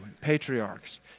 patriarchs